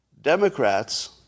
Democrats